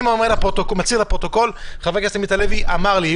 אני מצהיר לפרוטוקול: חבר הכנסת עמית הלוי אמר לי,